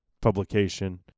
publication